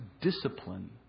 discipline